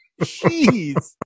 jeez